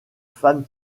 femme